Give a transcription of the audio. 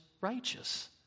Righteous